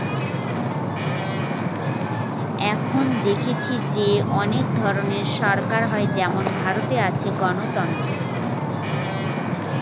এখন দেখেছি যে অনেক ধরনের সরকার হয় যেমন ভারতে আছে গণতন্ত্র